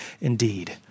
indeed